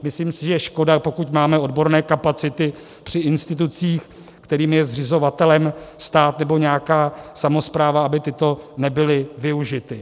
Myslím si, že je škoda, pokud máme odborné kapacity při institucích, jejichž je zřizovatelem stát nebo nějaká samospráva, aby tyto nebyly využity.